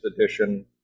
edition